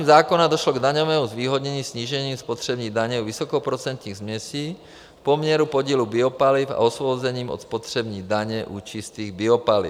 Schválením zákona došlo k daňovému zvýhodnění snížením spotřební daně u vysokoprocentních směsí v poměru podílu biopaliv a osvobozením od spotřební daně u čistých biopaliv.